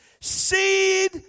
seed